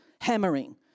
hammering